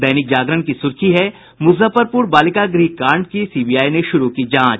दैनिक जागरण की सुर्खी है मुजफ्फरपुर बालिका गृह कांड की सीबीआई ने शुरू की जांच